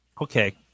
Okay